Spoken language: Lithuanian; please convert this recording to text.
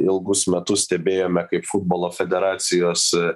ilgus metus stebėjome kaip futbolo federacijos